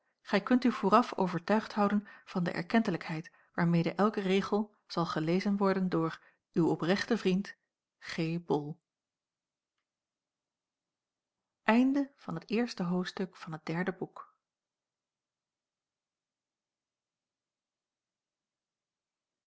gij kunt u vooraf overtuigd houden van de erkentelijkheid waarmede elke regel zal gelezen worden door uw oprechten vriend g